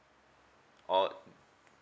oh